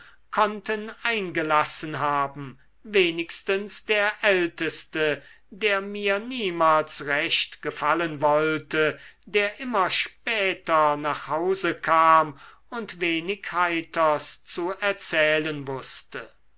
konnten eingelassen haben wenigstens der älteste der mir niemals recht gefallen wollte der immer später nach hause kam und wenig heiters zu erzählen wußte